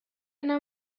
أنا